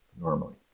normally